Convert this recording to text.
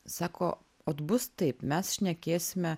sako ot bus taip mes šnekėsime